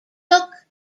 took